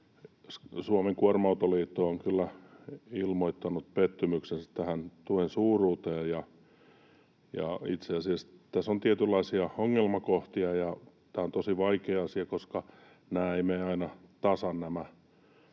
Suomen Kuorma-autoliitto on kyllä ilmoittanut pettymyksensä tähän tuen suuruuteen, ja itse asiassa tässä on tietynlaisia ongelmakohtia ja tämä on tosi vaikea asia, koska eivät mene aina tasan